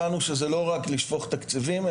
הבנו שזה לא רק לשפוך תקציבים,